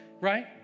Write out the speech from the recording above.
right